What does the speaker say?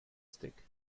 stick